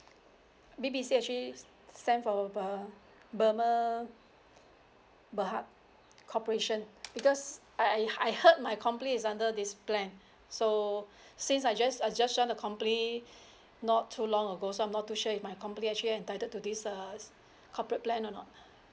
B_B_C actually stand for uh burma berhad corporation because I I I heard my company is under this plan so since I just I just join the company not too long ago so I'm not too sure if my company actually entitled to this uh corporate plan or not